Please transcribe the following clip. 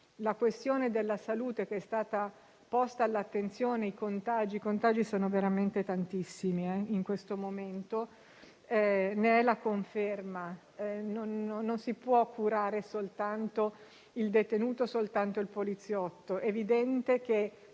La questione della salute che è stata posta all'attenzione - i contagi sono veramente tantissimi in questo momento - ne è la conferma. Non si può curare soltanto il detenuto o soltanto il poliziotto: è evidente che